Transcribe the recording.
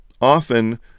Often